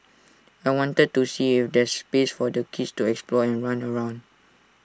I wanted to see if there's space for the kids to explore and run around